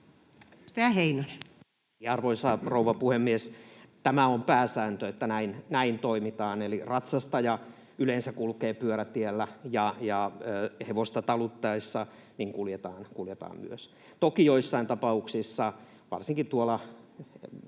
Arvoisa rouva puhemies! Tämä on pääsääntö, että näin toimitaan, eli ratsastaja yleensä kulkee pyörätiellä ja hevosta talutettaessa kuljetaan myös. Toki joissain tapauksissa, varsinkin